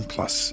Plus